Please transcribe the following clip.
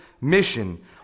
mission